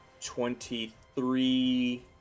twenty-three